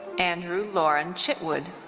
andrew loren chitwood.